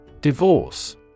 Divorce